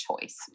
choice